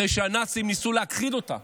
אחרי שהנאצים ניסו להכחיד אותה